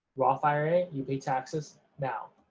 roth ira, you pay taxes now.